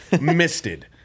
misted